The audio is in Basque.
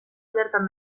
bertan